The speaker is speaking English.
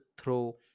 throw